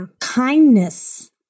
kindness